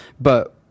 but-